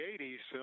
80s